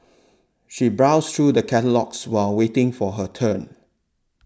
she browsed through the catalogues while waiting for her turn